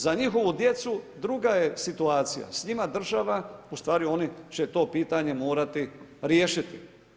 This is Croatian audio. Za njihovu djecu druga je situacija, s njima država ustvari oni će to pitanje morati riješiti.